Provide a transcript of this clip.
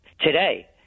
today